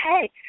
hey